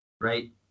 right